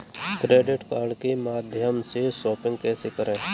Credit card के माध्यम से शॉपिंग कैसे करें?